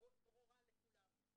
ברורה לכולם.